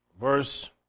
verse